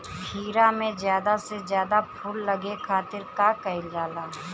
खीरा मे ज्यादा से ज्यादा फूल लगे खातीर का कईल जाला?